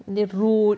dia rude